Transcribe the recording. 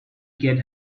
get